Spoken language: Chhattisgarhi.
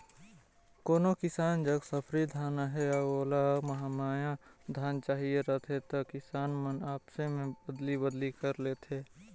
कोनो किसान जग सफरी धान अहे अउ ओला महमाया धान चहिए रहथे त किसान मन आपसे में अदली बदली कर लेथे